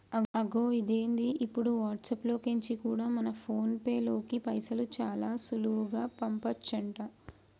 అగొ ఇదేంది ఇప్పుడు వాట్సాప్ లో కెంచి కూడా మన ఫోన్ పేలోకి పైసలు చాలా సులువుగా పంపచంట